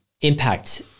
impact